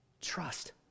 trust